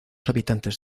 habitantes